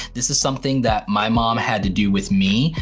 this is something that my mom had to do with me.